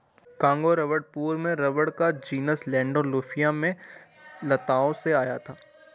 Congo rubber पूर्व में rubber का जीनस लैंडोल्फिया में लताओं से आया था